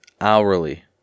Hourly